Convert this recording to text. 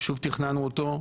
שוב תכננו אותו.